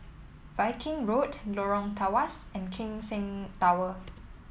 Viking Road Lorong Tawas and Keck Seng Tower